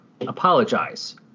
apologize